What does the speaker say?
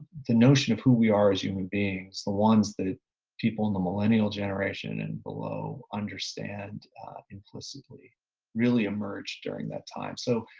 the notion of who we are as human beings, the ones that people in the millennial generation and below understand implicitly really emerged during that time. so,